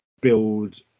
build